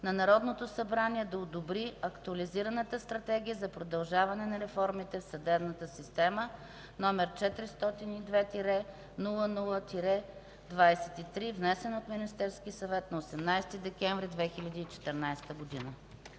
на Народното събрание да одобри Актуализираната стратегия за продължаване на реформата в съдебната система, № 402-00-23, внесена от Министерския съвет на 18 декември 2014 г.”